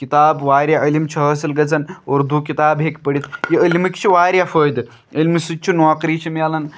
کتاب واریاہ علم چھُ حٲصل گَژھان اردو کِتاب ہیٚکہِ پٔرِتھ یہِ علمٕکۍ چھِ واریاہ فٲیدٕ علمہِ سۭتۍ چھِ نوکری چھِ مِلان